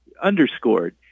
underscored